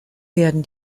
werden